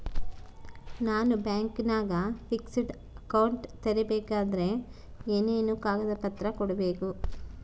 ನಾನು ಬ್ಯಾಂಕಿನಾಗ fixed account ತೆರಿಬೇಕಾದರೆ ಏನೇನು ಕಾಗದ ಪತ್ರ ಕೊಡ್ಬೇಕು?